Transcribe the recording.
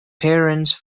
parents